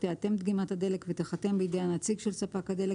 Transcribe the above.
תאטם דגימת הדלק ותיחתם בידי הנציג של ספק הדלק